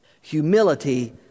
Humility